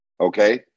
okay